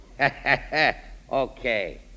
Okay